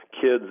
kids